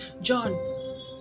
John